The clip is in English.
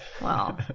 wow